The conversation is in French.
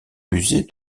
musée